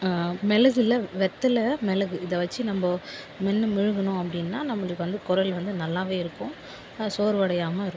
மிளகுல வெத்தலை மிளகு இதை வச்சு நம்ப மென்னு மிழுங்குனோம் அப்படின்னா நம்மளுக்கு வந்து குரல் வந்து நல்லாவே இருக்கும் சோர்வடையாமல் இருக்கும்